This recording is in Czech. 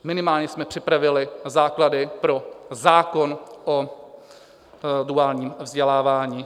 Minimálně jsme připravili základy pro zákon o duálním vzdělávání.